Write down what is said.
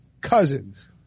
Cousins